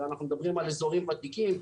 הרי אנחנו מדברים על אזורים ותיקים,